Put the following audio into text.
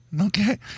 Okay